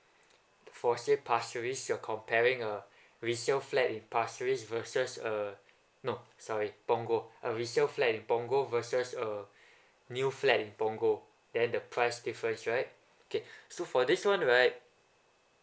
for say pasir ris you're comparing a resale flat in pasir ris versus uh no sorry punggol a resale flat in punggol versus a new flat in punggol then the price difference right okay so for this one right